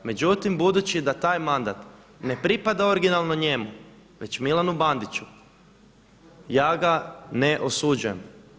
Međutim, budući da taj mandat ne pripada originalno njemu već Milanu Bandiću ja ga ne osuđujem.